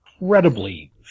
incredibly